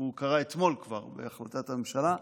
הוא קרה כבר אתמול בהחלטת הממשלה.